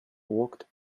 walked